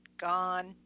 gone